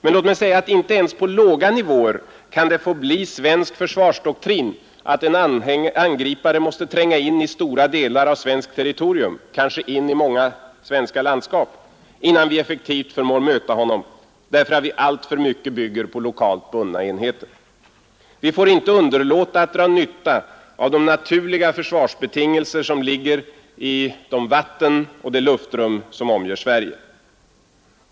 Men låt mig säga att inte ens på låga nivåer kan det få bli svensk försvarsdoktrin att en angripare måste tränga in i stora delar av svenskt territorium, kanske in i många svenska landskap, innan vi effektivt förmår möta honom därför att alltför mycket bygger på lokalt bundna enheter. Vi får inte underlåta att dra nytta av de naturliga försvarsbetingelser som ligger i de vatten och det luftrum som omger Sverige.